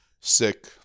sick